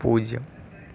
പൂജ്യം